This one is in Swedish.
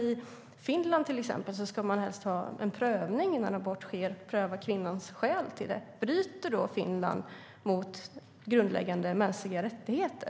I till exempel Finland ska man helst göra en prövning innan abort sker och pröva kvinnans skäl till den. Bryter då Finland mot grundläggande mänskliga rättigheter?